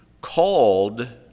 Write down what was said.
called